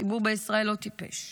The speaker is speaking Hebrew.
הציבור בישראל לא טיפש,